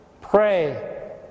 pray